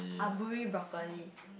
Aburi broccoli